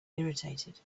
irritated